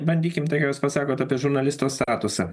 bandykim tai ką jūs pasakot apie žurnalisto statusą